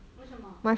为什么